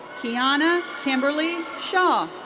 kiana kimberly shaw.